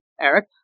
Eric